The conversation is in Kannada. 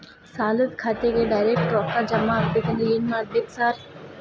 ಸಾಲದ ಖಾತೆಗೆ ಡೈರೆಕ್ಟ್ ರೊಕ್ಕಾ ಜಮಾ ಆಗ್ಬೇಕಂದ್ರ ಏನ್ ಮಾಡ್ಬೇಕ್ ಸಾರ್?